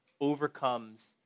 overcomes